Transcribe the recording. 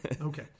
Okay